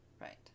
Right